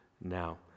now